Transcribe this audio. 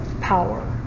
power